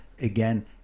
again